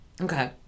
Okay